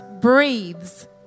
breathes